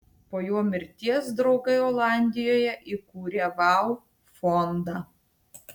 po jo mirties draugai olandijoje įkūrė vau fondą